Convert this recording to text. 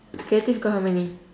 creative got how many